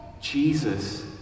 Jesus